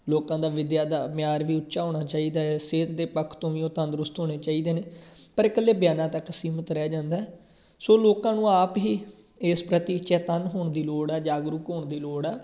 ਲੋਕਾਂ ਦਾ ਵਿਦਿਆ ਦਾ ਮਿਆਰ ਵੀ ਉੱਚਾ ਹੋਣਾ ਚਾਹੀਦਾ ਸਿਹਤ ਦੇ ਪੱਖ ਤੋਂ ਵੀ ਉਹ ਤੰਦਰੁਸਤ ਹੋਣੇ ਚਾਹੀਦੇ ਨੇ ਪਰ ਇਕੱਲੇ ਬਿਆਨਾਂ ਤੱਕ ਸੀਮਤ ਰਹਿ ਜਾਂਦਾ ਸੋ ਲੋਕਾਂ ਨੂੰ ਆਪ ਹੀ ਇਸ ਪ੍ਰਤੀ ਚੇਤੰਨ ਹੋਣ ਦੀ ਲੋੜ ਹੈ ਜਾਗਰੂਕ ਹੋਣ ਦੀ ਲੋੜ ਹੈ